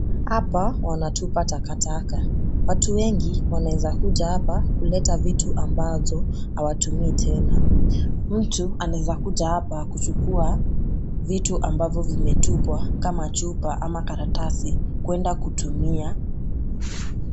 Hapa wanatupa takataka, watu wengi wanaweza kuja hapa kuleta vitu ambazo hawatumii tena. Mtu anaweza kuja hapa kuchukua vitu ambavyo vimetupwa kama chupa ama karatasi kwenda kutumia.